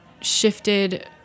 shifted